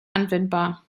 anwendbar